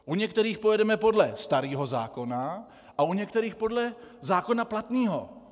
U některých pojedeme podle starého zákona a u některých podle zákona platného.